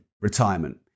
retirement